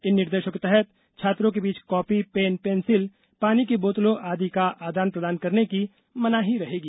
इन निर्देशों के तहत छात्रों के बीच कॉपी पेन पेंसिलें पानी की बोतलों आदि का आदान प्रदान करने की मनाही रहेगी